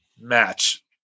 match